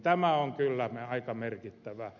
tämä on kyllä aika merkittävää